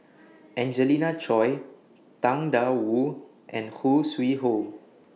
Angelina Choy Tang DA Wu and Khoo Sui Hoe